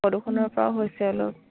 প্ৰদূষণৰ পৰাও হৈছে অলপ